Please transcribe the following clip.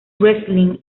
wrestling